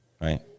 right